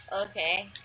Okay